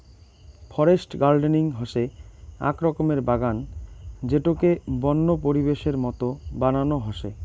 forest gardening হসে আক রকমের বাগান যেটোকে বন্য পরিবেশের মত বানানো হসে